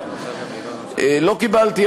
לא קיבלתי,